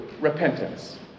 repentance